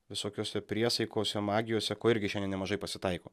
visokiose priesaikose magijose ko irgi šiandien nemažai pasitaiko